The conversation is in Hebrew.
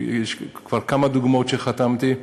יש כבר כמה דוגמאות, שחתמתי: